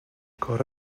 کارها